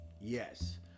Yes